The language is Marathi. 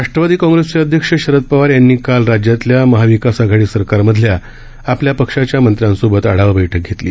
राष्ट्रवादी काँग्रेसचे अध्यक्ष शरद पवार यांनी काल राज्यातल्या महाविकास आघाडी सरकारमधल्या आपल्या पक्षाच्या मंत्र्यांसोबत आढावा बैठक घेतली